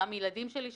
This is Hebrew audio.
גם ילדים שלי שהיו.